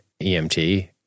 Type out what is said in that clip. EMT